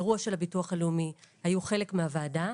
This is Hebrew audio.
אירוע של הביטוח הלאומי היו חלק מהוועדה.